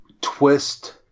twist